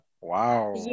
wow